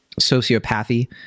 sociopathy